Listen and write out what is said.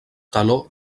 teló